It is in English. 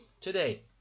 today